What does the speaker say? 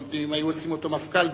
פנים אם היו עושים אותו מפכ"ל בזמנו,